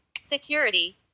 Security